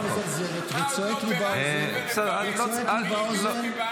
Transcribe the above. הבן אדם יושב בצורה מזלזלת וצועק לי באוזן מהרגע שהתחלתי לדבר.